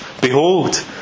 behold